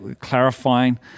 clarifying